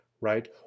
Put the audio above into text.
right